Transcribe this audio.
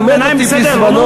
לימד אותי בזמנו,